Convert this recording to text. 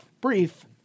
Brief